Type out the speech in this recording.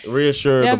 reassure